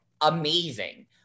amazing